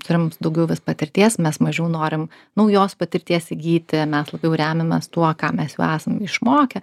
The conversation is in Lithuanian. turim daugiau patirties mes mažiau norim naujos patirties įgyti mes labiau remiamės tuo ką mes jau esam išmokę